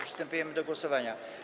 Przystępujemy do głosowania.